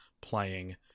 playing